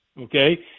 Okay